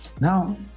Now